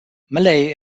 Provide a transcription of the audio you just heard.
malay